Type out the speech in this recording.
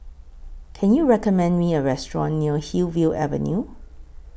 Can YOU recommend Me A Restaurant near Hillview Avenue